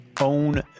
own